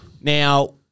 Now